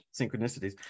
synchronicities